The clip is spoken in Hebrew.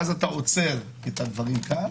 ואז אתה עוצר את הדברים כאן,